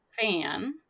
fan